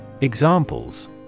Examples